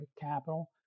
capital